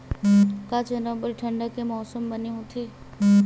का चना बर ठंडा के मौसम बने होथे?